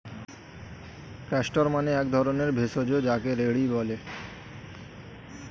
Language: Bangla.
ক্যাস্টর মানে এক ধরণের ভেষজ যাকে রেড়ি বলে